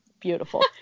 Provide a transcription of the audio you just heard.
Beautiful